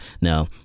Now